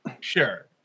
sure